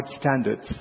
standards